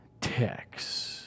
text